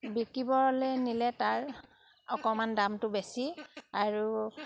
বিকিবলৈ নিলে তাৰ অকণমান দামটো বেছি আৰু